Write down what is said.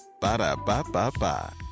Ba-da-ba-ba-ba